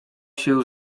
się